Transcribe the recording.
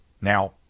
Now